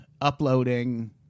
uploading